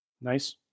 Nice